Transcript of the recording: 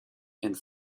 and